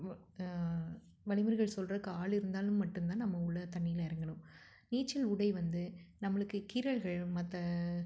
வ வழிமுறைகள் சொல்றதுக்கு ஆள் இருந்தாலும் மட்டுந்தான் நம்ம உள்ளே தண்ணியில் இறங்கணும் நீச்சல் உடை வந்து நம்மளுக்கு கீறல்கள் மற்ற